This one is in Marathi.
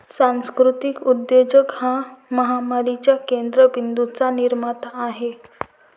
सांस्कृतिक उद्योजक हा महामारीच्या केंद्र बिंदूंचा निर्माता आहे